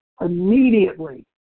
immediately